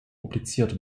publiziert